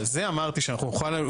זה אמרתי שאנחנו נוכל,